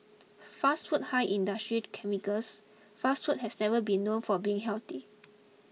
fast food high in industrial chemicals fast food has never been known for being healthy